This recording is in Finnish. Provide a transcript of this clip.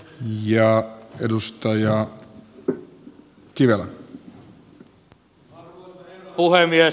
arvoisa herra puhemies